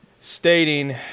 stating